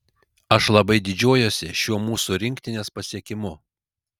aš labai didžiuojuosi šiuo mūsų rinktinės pasiekimu